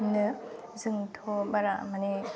जोंथ' बारा माने